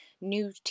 new